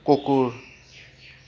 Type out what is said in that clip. কুকুৰ